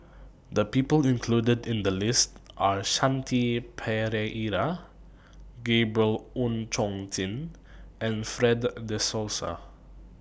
The People included in The list Are Shanti Pereira Gabriel Oon Chong Jin and Fred De Souza